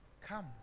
Come